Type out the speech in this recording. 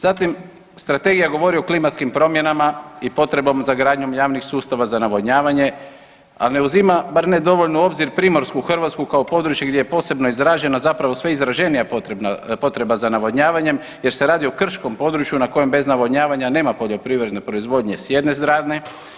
Zatim strategija govori o klimatskim promjenama i potrebom za gradnjom javnih sustava za navodnjavanje, a ne uzima, barem ne dovoljno u obzir primorsku Hrvatsku kao područje gdje je posebno izražena, zapravo sve izraženija potreba za navodnjavanjem jer se radi o krškom području na kojem bez navodnjavanja nema poljoprivredne proizvodnje s jedne strane.